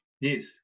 yes